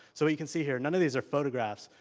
so you can see here none of these are photographs.